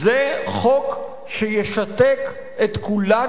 זה חוק שישתק את כולנו,